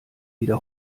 wieder